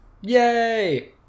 Yay